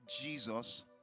Jesus